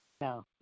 No